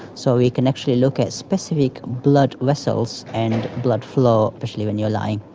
so we can actually look at specific blood vessels and blood flow, especially when you're lying.